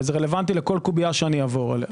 וזה רלוונטי לכל קובייה שאעבור עליה.